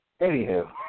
anywho